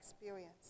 experience